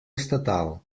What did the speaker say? estatal